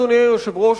אדוני היושב-ראש,